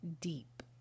deep